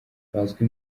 bazwi